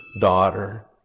daughter